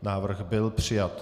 Návrh byl přijat.